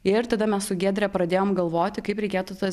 ir tada mes su giedre pradėjom galvoti kaip reikėtų tas